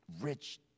rich